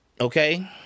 Okay